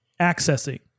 accessing